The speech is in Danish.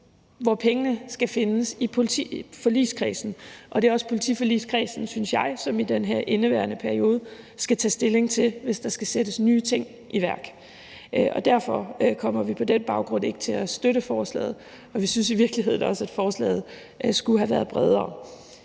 hvor pengene skal findes i politiforligskredsen, og det er også politiforligskredsen, synes jeg, som i den her indeværende periode skal tage stilling til, om der skal sættes nye ting i værk. På den baggrund kommer vi ikke til at støtte forslaget. Vi synes i virkeligheden også, at forslaget skulle have været bredere.